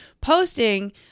posting